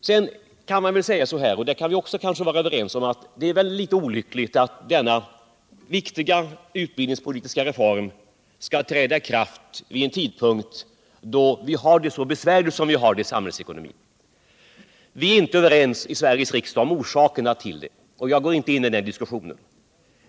Tyvärr måste man konstatera att det är olvekligt — det torde vi kunna vara överens om — att denna viktiga utbildningspohtiska reform skatl wräda i kraft viden tidpunki då vihar det så besvärligt i samhällsekonomin. Vi är I Sveriges riksdag inte överens om orsakerna till dessa besvärligheter, och Jag går inte in på den diskussionen.